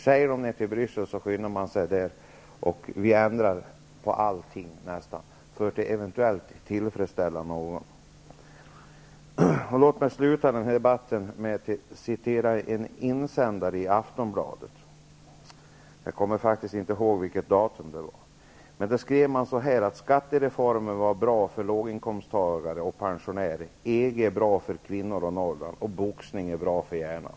Sägs det något i Bryssel, skyndar vi oss och ändrar på nästan allting, för att eventuellt tillfredsställa någon. Låt mig avsluta med att referera en insändare i Aftonbladet. Där skrevs att skattereformen var bra för låginkomsttagare och pensionärer, att EG är bra för kvinnor och Norrland och att boxning är bra för hjärnan.